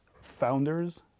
founders